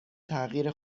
تغییر